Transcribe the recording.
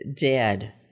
dead